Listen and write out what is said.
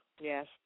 Yes